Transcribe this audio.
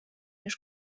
już